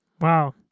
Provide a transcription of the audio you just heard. Wow